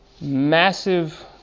Massive